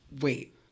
wait